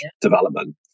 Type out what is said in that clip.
development